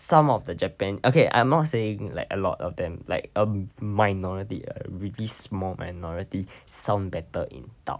some of the japan okay I'm not saying like a lot of them like um minority a really small minority sound better in dub